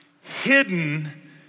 hidden